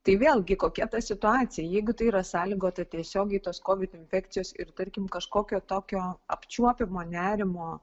tai vėlgi kokia ta situacija jeigu tai yra sąlygota tiesiogiai tos kovid infekcijos ir tarkim kažkokio tokio apčiuopiamo nerimo